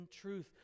truth